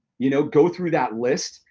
you know go through that list,